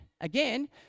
again